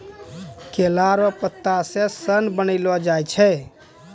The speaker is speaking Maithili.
केला लो पत्ता से सन बनैलो जाय छै